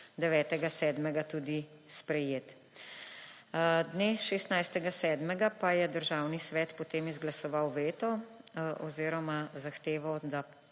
9. 7. tudi sprejet. Dne 16. 7. pa je Državni svet potem izglasoval veto oziroma zahteval, da